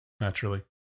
naturally